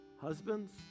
Husbands